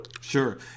Sure